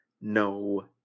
no